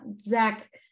zach